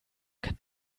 kann